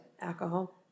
alcohol